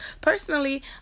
personally